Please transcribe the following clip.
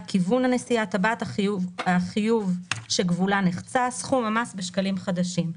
כיוון הנסיעה טבעת החיובשגבולה נחצה סכום המס (בשקלים חדשים)